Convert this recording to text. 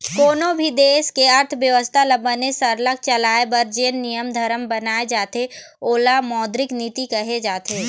कोनों भी देश के अर्थबेवस्था ल बने सरलग चलाए बर जेन नियम धरम बनाए जाथे ओला मौद्रिक नीति कहे जाथे